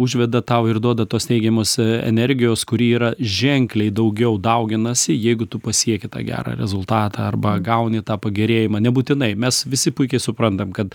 užveda tau ir duoda tos teigiamos energijos kuri yra ženkliai daugiau dauginasi jeigu tu pasieki tą gerą rezultatą arba gauni tą pagerėjimą nebūtinai mes visi puikiai suprantam kad